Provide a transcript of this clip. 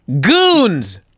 Goons